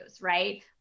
right